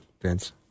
Vince